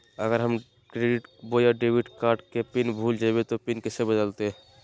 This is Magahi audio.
अगर हम क्रेडिट बोया डेबिट कॉर्ड के पिन भूल जइबे तो पिन कैसे बदलते?